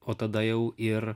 o tada jau ir